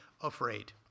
afraid